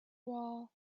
wall